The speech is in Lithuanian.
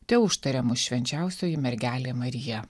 teužtaria mus švenčiausioji mergelė marija